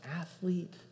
athlete